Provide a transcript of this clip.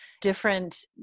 different